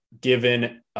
given